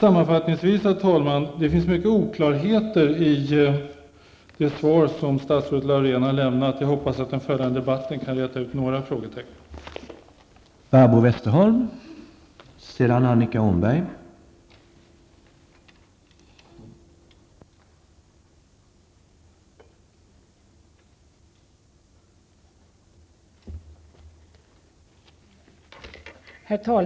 Sammanfattningsvis finns det många oklarheter i det svar som statsrådet Laurén här har lämnat, men jag hoppas att den debatt som följer skall innebära att några frågetecken